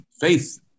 faith